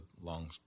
long